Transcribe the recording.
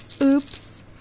Oops